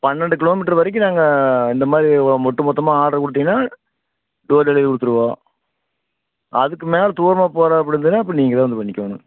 பன்னெண்டு kilometre வரைக்கும் நாங்கள் இந்த மாதிரி ஒட்டுமொத்தமாக ஆர்ட்ரு கொடுத்தீங்கனா டோர் டெலிவரி கொடுத்துருவோம் அதுக்கு மேலே தூரமாக போகிறாப்படி இருந்ததுனா அப்போ நீங்கள்தான் வந்து பண்ணிக்கணும்